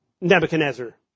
Nebuchadnezzar